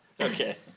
Okay